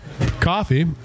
Coffee